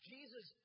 Jesus